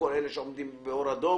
אני אגיד לך באיזה עניין.